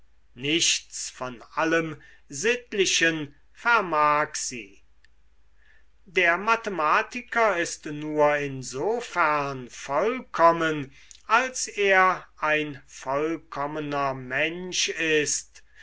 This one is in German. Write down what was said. nichts von allem sittlichen vermag sie der mathematiker ist nur insofern vollkommen als er ein vollkommener mensch ist